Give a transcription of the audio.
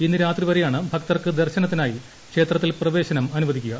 ഇന്നു രാത്രി വരെയ്ാണ് ഭക്തർക്ക് ദർശനത്തിനായി ക്ഷേത്രത്തിൽ പ്രവേശനം അനുവൃദിക്കുക